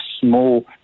small